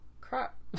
crap